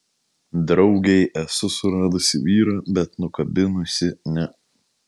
draugei esu suradusi vyrą bet nukabinusi ne